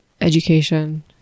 education